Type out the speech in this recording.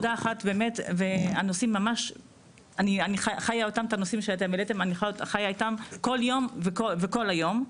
אני חייה את הנושאים שהעליתם כל יום וכל היום.